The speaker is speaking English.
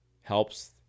helps